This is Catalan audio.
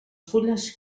fulles